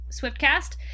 SwiftCast